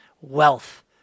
wealth